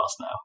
now